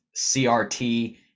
CRT